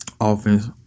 offense